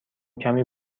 کمی